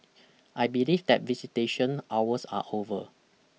I believe that visitation hours are over